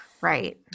Right